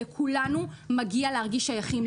לכולנו מגיע להרגיש שייכים,